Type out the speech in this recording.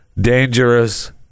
dangerous